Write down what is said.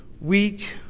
weak